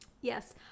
Yes